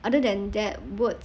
other than that word